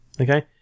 okay